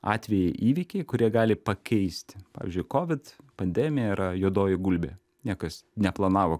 atvejai įvykiai kurie gali pakeisti pavyzdžiui kovid pandemija yra juodoji gulbė niekas neplanavo